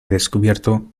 descubierto